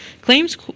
Claims